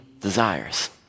desires